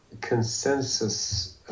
consensus